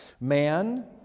Man